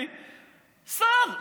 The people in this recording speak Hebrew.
אני שר.